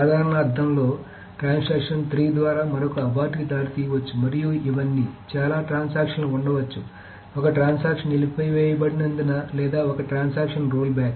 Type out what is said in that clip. సాధారణ అర్థంలో ఇది ట్రాన్సాక్షన్ 3 ద్వారా మరొక అబార్ట్కి దారితీయవచ్చు మరియు ఇవన్నీ చాలా ట్రాన్సాక్షన్లు ఉండవచ్చు ఒక ట్రాన్సాక్షన్ నిలిపివేయబడి నందున లేదా ఒక ట్రాన్సాక్షన్ రోల్బ్యాక్